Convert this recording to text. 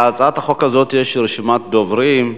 להצעת החוק הזאת יש רשימת דוברים.